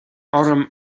orm